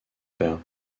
père